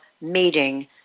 meeting